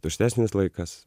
tuštesnis laikas